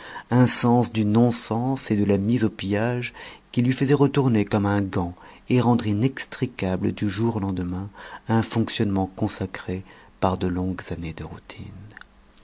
un sens du non-sens et de la mise au pillage qui lui faisait retourner comme un gant et rendre inextricable du jour au lendemain un fonctionnement consacré par de longues années de routine